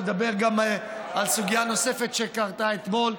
לדבר גם על סוגיה נוספת שקרתה אתמול.